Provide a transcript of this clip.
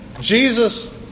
Jesus